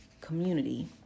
community